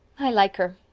i like her.